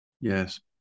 yes